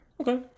Okay